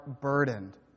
burdened